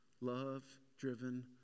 Love-driven